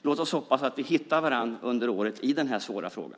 Låt oss hoppas att vi under året hittar varandra i den här svåra frågan.